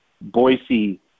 Boise